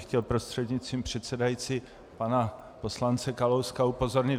Chtěl bych prostřednictvím předsedající pana poslanec Kalouska upozornit.